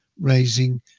raising